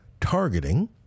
targeting